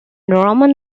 ramona